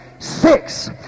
six